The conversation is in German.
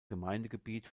gemeindegebiet